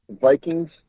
Vikings